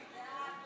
אז זה 50 נגד,